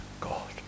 God